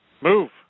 Move